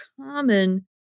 common